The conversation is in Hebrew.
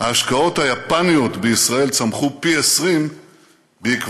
ההשקעות היפניות בישראל צמחו פי 20 בעקבות